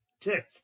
tick